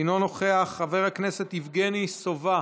אינו נוכח, חבר הכנסת יבגני סובה,